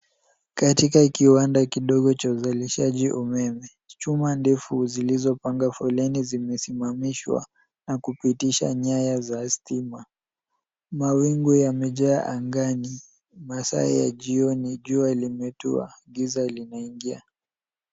Katika kiwanda kidogo cha uzalishaji wa umeme. Chuma ndefu zilizopanga foleni zimesimamishwa na kupitisha nyaya za stima. Mawingu yamejaa angani masaa ya jioni, jua limetua, giza limeingia.